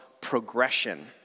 progression